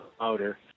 motor